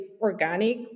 organic